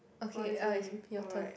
okay uh is your turn